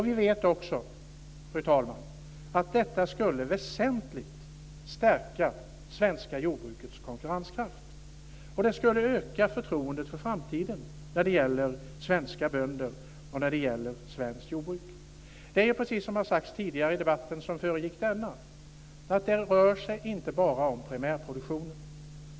Vi vet också, fru talman, att detta väsentligt skulle stärka det svenska jordbrukets konkurrenskraft. Det skulle öka förtroendet för framtiden när det gäller svenska bönder och svenskt jordbruk. Det är precis som har sagts tidigare i den debatt som föregick denna, att det inte bara rör sig om primärproduktionen.